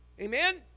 Amen